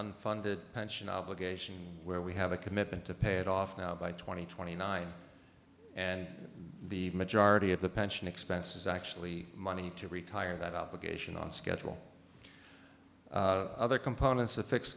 unfunded pension obligation where we have a commitment to pay it off now by two thousand and twenty nine and the majority of the pension expense is actually money to retire that obligation on schedule other components of fix